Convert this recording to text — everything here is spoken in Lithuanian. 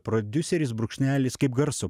prodiuseris brūkšnelis kaip garso